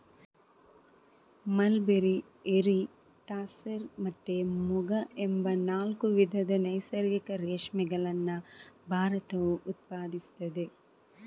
mulberry, eri, tasar ಮತ್ತೆ ಮುಗ ಎಂಬ ನಾಲ್ಕು ವಿಧದ ನೈಸರ್ಗಿಕ ರೇಷ್ಮೆಗಳನ್ನ ಭಾರತವು ಉತ್ಪಾದಿಸ್ತದೆ